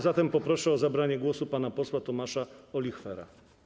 Zatem poproszę o zabranie głosu pana posła Tomasza Olichwera.